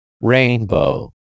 Rainbow